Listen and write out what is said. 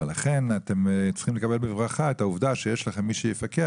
ולכן אתם צריכים לקבל בברכה את העובד שיש להם מי שיפקח